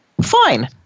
Fine